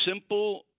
simple